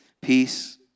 peace